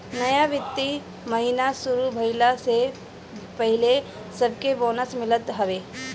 नया वित्तीय महिना शुरू भईला से पहिले सबके बोनस मिलत हवे